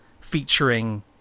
featuring